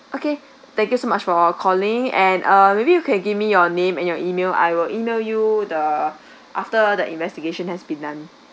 okay thank you so much for calling and uh maybe you can give me your name and your email I will email you the after the investigation has been done